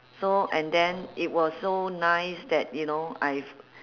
so and then it was so nice that you know I've